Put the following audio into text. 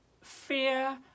fear